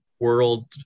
world